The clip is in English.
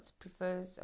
prefers